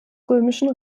römischen